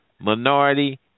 Minority